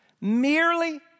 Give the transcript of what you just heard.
Merely